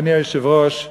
אדוני היושב-ראש,